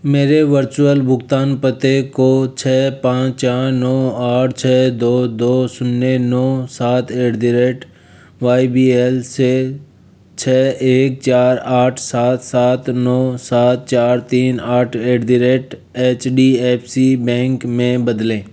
मेरे वर्चुअल भुगतान पते को छ पाँच चार नौ आठ छ दो दो शून्य नौ सात at the rate Y B L से छ एक चार आठ सात सात नौ सात चार तीन आठ at the rate H D F C bank में बदलें